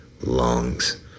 lungs